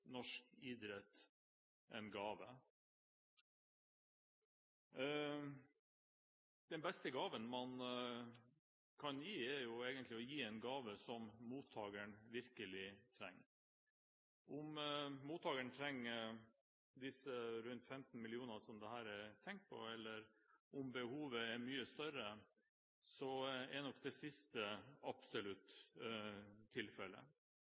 norsk idrett en gave. Den beste gaven man kan gi, er jo noe som mottakeren virkelig trenger. Om mottakeren trenger disse rundt 15 mill. kr som det her er tenkt, eller om behovet er mye større, ja, da er nok det siste